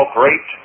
great